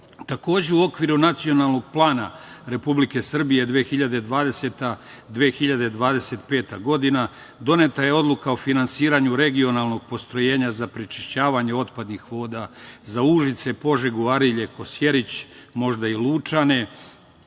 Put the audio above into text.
otpada. Takođe, u okviru Nacionalnog plana Republike Srbije 2020-2025. godina doneta je odluka o finansiranju regionalnog postrojenja za prečišćavanje otpadnih voda za Užice, Požegu, Arilje, Kosjerić, možda i Lučane.